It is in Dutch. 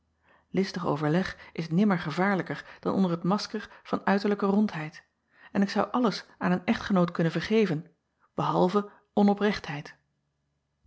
istig overleg is nimmer gevaarlijker dan onder het masker van uiterlijke rondheid en ik zou alles aan een echtgenoot kunnen vergeven behalve onoprechtheid